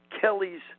Kelly's